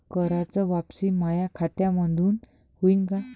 कराच वापसी माया खात्यामंधून होईन का?